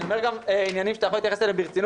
אני אומר גם עניינים שאתה יכול להתייחס אליהם ברצינות.